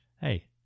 hey